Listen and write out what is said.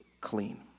clean